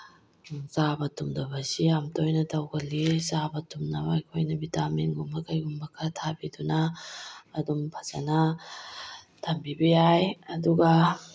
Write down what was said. ꯆꯥꯕ ꯇꯨꯝꯗꯕꯁꯤ ꯌꯥꯝ ꯇꯣꯏꯅ ꯇꯧꯒꯜꯂꯤ ꯆꯥꯕ ꯇꯨꯝꯅꯕ ꯑꯩꯈꯣꯏꯅ ꯕꯤꯇꯥꯃꯤꯟꯒꯨꯝꯕ ꯀꯩꯒꯨꯝꯕ ꯈꯔ ꯊꯥꯕꯤꯗꯨꯅ ꯑꯗꯨꯝ ꯐꯖꯅ ꯊꯝꯕꯤꯕ ꯌꯥꯏ ꯑꯗꯨꯒ